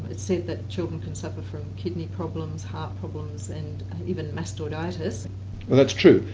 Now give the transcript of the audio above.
it said that children can suffer from kidney problems, heart problems and even mastoiditis. well that's true,